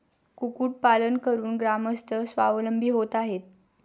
कुक्कुटपालन करून ग्रामस्थ स्वावलंबी होत आहेत